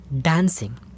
dancing